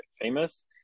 famous